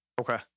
Okay